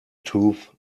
tooth